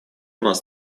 нас